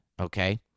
okay